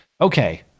Okay